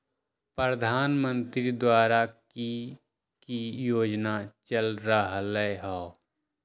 प्रधानमंत्री द्वारा की की योजना चल रहलई ह?